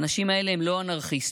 האנשים האלה הם לא אנרכיסטים,